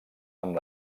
amb